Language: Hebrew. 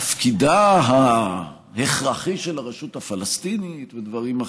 תפקידה ההכרחי של הרשות הפלסטינית, ודברים אחרים.